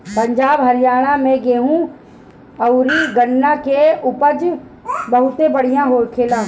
पंजाब, हरियाणा में गेंहू अउरी गन्ना के उपज बहुते बढ़िया होखेला